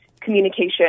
communication